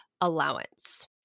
allowance